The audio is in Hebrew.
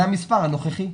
זה המספר הנוכחי.